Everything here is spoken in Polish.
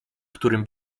którym